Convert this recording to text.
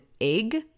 egg